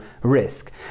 risk